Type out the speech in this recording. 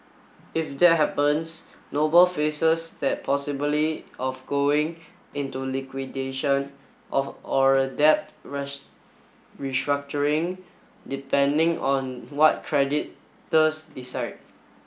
if that happens Noble faces that possibly of going into liquidation of or a debt rash restructuring depending on what creditors decide